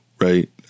right